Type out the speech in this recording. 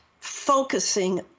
focusing